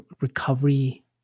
recovery